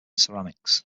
ceramics